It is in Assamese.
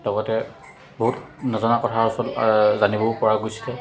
লগতে বহুত নজনা কথা ওচৰত জানিবও পৰা গৈছিলে